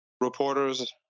reporters